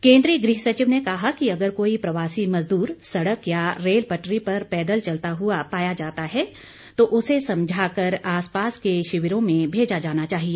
केंद्रीय गृह सचिव ने कहा कि अगर कोई प्रवासी मजदूर सड़क या रेलपटरी पर पैदल चलता हुआ पाया जाता है तो उसे समझाकर आस पास के शिविरों में भेजा जाना चाहिए